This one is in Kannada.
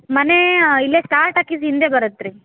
ಮನೇ ಇಲ್ಲೇ ಸ್ಟಾರ್ ಟಾಕೀಸ್ ಹಿಂದೆ ಬರುತ್ತೆ ರೀ